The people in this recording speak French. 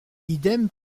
idem